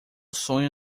sonho